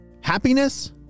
Happiness